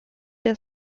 der